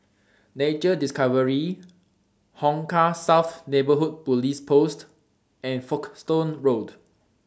Nature Discovery Hong Kah South Neighbourhood Police Post and Folkestone Road